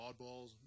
oddballs